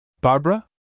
Barbara